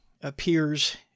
appears